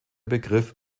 begriff